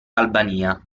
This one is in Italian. albania